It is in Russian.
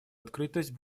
открытость